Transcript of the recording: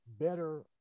better